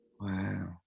Wow